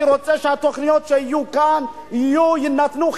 אני רוצה שהתוכניות שיהיו כאן יינתנו חינם.